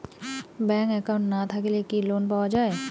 Bank account না থাকিলে কি লোন পাওয়া য়ায়?